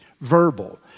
Verbal